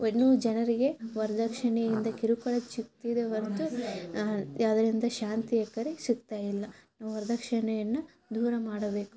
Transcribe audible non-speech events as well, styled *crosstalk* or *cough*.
ಇನ್ನೂ ಜನರಿಗೆ ವರದಕ್ಷಿಣೆಯಿಂದ ಕಿರುಕುಳ ಚುಗ್ತಿದೆ ಹೊರತು ಅದರಿಂದ ಶಾಂತಿ *unintelligible* ಸಿಗ್ತಾ ಇಲ್ಲ ವರ್ದಕ್ಷಿಣೆಯನ್ನು ದೂರ ಮಾಡಬೇಕು